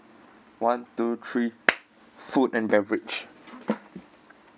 one two three food and beverage